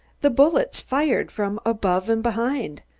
the bullets fired from above and behind.